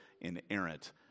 inerrant